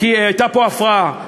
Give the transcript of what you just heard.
כי הייתה פה הפרעה.